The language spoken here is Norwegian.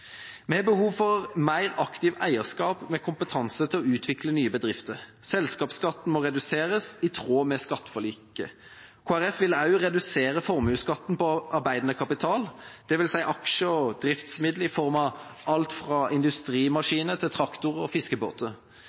Vi har behov for mer aktive eierskap med kompetanse til å utvikle nye bedrifter. Selskapsskatten må reduseres i tråd med skatteforliket. Kristelig Folkeparti vil også redusere formuesskatten på arbeidende kapital, dvs. aksjer og driftsmidler i form av alt fra industrimaskiner til traktorer og fiskebåter.